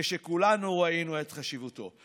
כשכולנו ראינו את חשיבותו.